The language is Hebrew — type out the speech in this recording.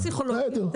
זאת לא רק פסיכולוגיה.